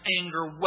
anger